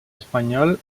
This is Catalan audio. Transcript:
espanyol